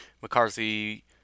McCarthy